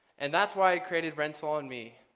and that's why i created rental on me,